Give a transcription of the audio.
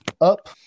up